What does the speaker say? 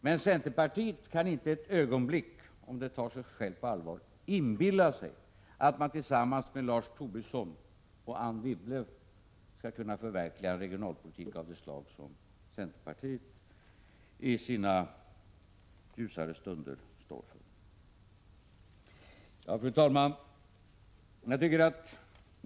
Men Nils Åsling kan inte för ett ögonblick på allvar inbilla sig att han tillsammans med Lars Tobisson och Anne Wibble skall kunna förverkliga en regionalpolitik av det slag som centerpartiet i sina ljusare stunder står för. Fru talman!